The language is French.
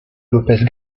lópez